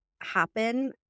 happen